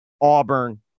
Auburn